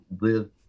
live